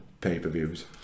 pay-per-views